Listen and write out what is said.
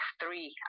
three